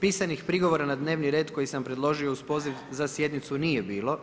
Pisanih prigovora na dnevni red koji sam predložio uz poziv za sjednicu nije bilo